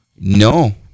No